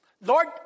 Lord